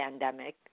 pandemic